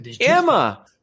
Emma